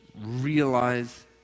Realize